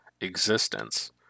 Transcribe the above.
existence